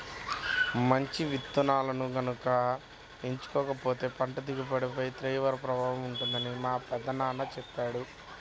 మంచి విత్తనాలను గనక ఎంచుకోకపోతే పంట దిగుబడిపై తీవ్ర ప్రభావం ఉంటుందని మా పెదనాన్న చెప్పాడు